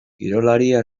kirolaria